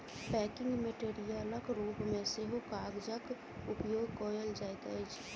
packing मेटेरियलक रूप मे सेहो कागजक उपयोग कयल जाइत अछि